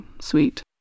sweet